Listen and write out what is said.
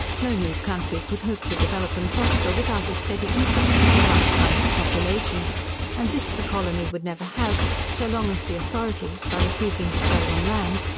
no new country could hope to develop and prosper without a steady influx of the right kind of population and this the colony would never have, so long as the authorities, by refusing to sell them land,